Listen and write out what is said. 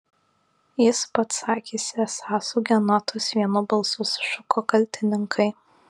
jis pats sakėsi esąs hugenotas vienu balsu sušuko kaltininkai